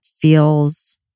feels